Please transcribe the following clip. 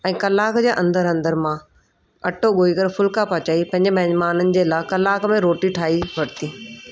ऐं कलाक जे अंदरि अंदरि मां अटो ॻोए करे फुल्का पचाई पइजे महिमानन जे लाइ कलाक में रोटी ठाहे वरिती